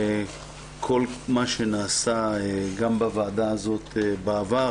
כל מה שנעשה, גם בוועדה הזאת בעבר